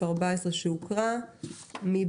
אושר אושר